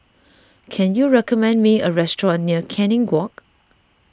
can you recommend me a restaurant near Canning Walk